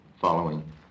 following